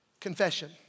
Confession